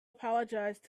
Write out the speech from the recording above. apologized